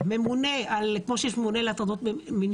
ממונה לנושא של התעמרות בעבודה כמו שיהיה ממונה על הטרדות מיניות.